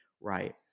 right